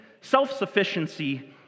self-sufficiency